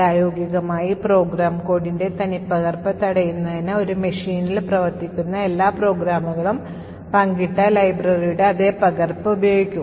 പ്രായോഗികമായി program codeൻറെ തനിപ്പകർപ്പ് തടയുന്നതിന് ഒരു മെഷീനിൽ പ്രവർത്തിക്കുന്ന എല്ലാ പ്രോഗ്രാമുകളും പങ്കിട്ട ലൈബ്രറിയുടെ അതേ പകർപ്പ് ഉപയോഗിക്കും